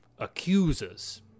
accusers